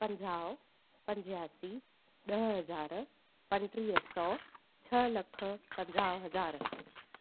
पंजाहु पंजासी ॾह हज़ार पंटीह सौ छह लख पंजाहु हज़ार